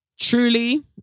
Truly